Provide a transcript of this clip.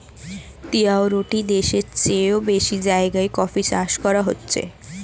তিয়াত্তরটি দেশের চেও বেশি জায়গায় কফি চাষ করা হচ্ছে